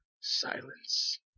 silence